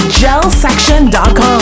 gelsection.com